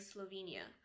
Slovenia